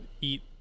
eat